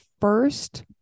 first